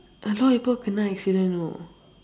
a lot people kena accident you know